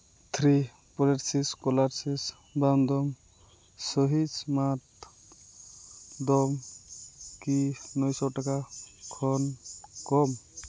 three pieces classics bamboo sushi mat ᱫᱚ ᱠᱤ ᱱᱚᱭ ᱴᱟᱠᱟ ᱠᱷᱚᱱ ᱠᱚᱢ